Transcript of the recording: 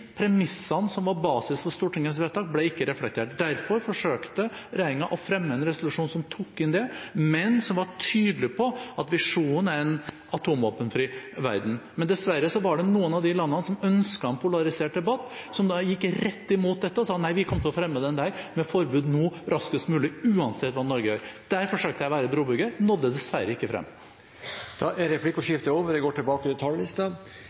var basis for Stortingets vedtak, ble ikke reflektert. Derfor forsøkte regjeringen å fremme en resolusjon som tok det inn, men som var tydelig på at visjonen er en atomvåpenfri verden. Dessverre var det noen av de landene som ønsket en polarisert debatt, som gikk direkte imot dette og sa nei, vi kommer til å fremme den, med forbud raskest mulig – uansett hva Norge gjør. Der forsøkte jeg å være brobygger – jeg nådde dessverre ikke frem. Replikkordskiftet er